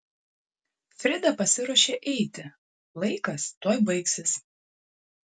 frida pasiruošė eiti laikas tuoj baigsis